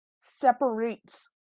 separates